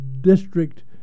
district